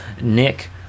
Nick